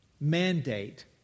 mandate